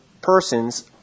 persons